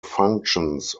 functions